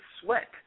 sweat